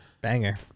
Banger